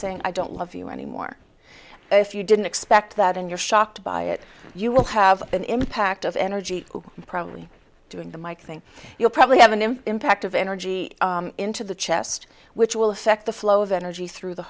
saying i don't love you anymore if you didn't expect that and you're shocked by it you will have an impact of energy probably doing the mike thing you'll probably have an impact of energy into the chest which will affect the flow of energy through the